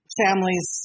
families